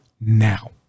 now